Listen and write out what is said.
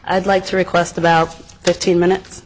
i'd like to request about fifteen minutes